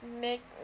make